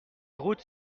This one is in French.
routes